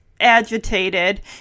agitated